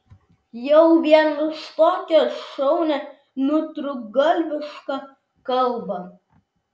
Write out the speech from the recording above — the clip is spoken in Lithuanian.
jau vien už tokią šaunią nutrūktgalvišką kalbą